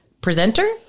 presenter